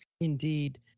Indeed